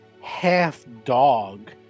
half-dog